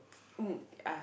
um uh